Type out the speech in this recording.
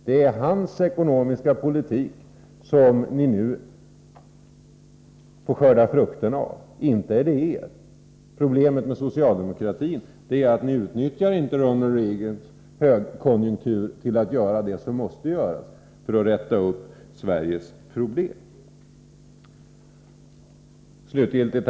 Det är hans ekonomiska politik som ni nu får skörda frukterna av, inte är det av er politik. Problemet med socialdemokratin är att den inte utnyttjar Ronald Reagans högkonjunktur till att göra det som måste göras för att lösa Sveriges problem. Herr talman!